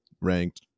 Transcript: ranked